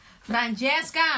Francesca